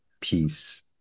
Peace